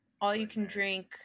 all-you-can-drink